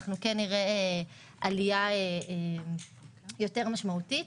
נראה עלייה יותר משמעותית.